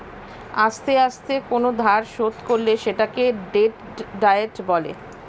আস্তে আস্তে কোন ধার শোধ করলে সেটাকে ডেট ডায়েট বলে